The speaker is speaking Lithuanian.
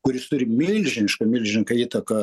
kuris turi milžinišką milžiniką įtaką